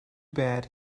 bad